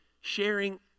sharing